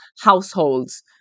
households